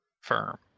firm